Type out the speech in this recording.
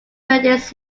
credits